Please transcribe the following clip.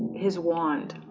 his wand